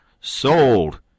sold